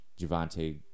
Javante